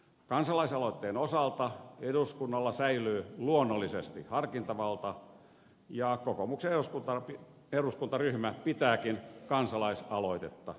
kansalaisaloitteen osalta eduskunnalla säilyy luonnollisesti harkintavalta ja kokoomuksen eduskuntaryhmä pitääkin kansalaisaloitetta perusteltuna